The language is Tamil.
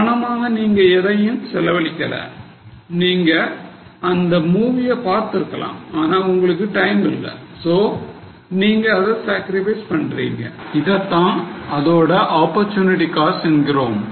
பணமா நீங்க எதுவும் செலவழிக்கல நீங்க அந்த movie ய பார்த்திருக்கலாம் ஆனா உங்களுக்கு டைம் இல்லை சோ நீங்க அத sacrifice பண்றீங்க இதைத்தான் அதோட opportunity cost என்கிறோம்